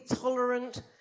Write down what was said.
tolerant